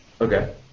Okay